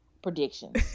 predictions